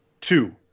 Two